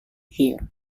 here